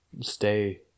stay